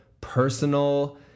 personal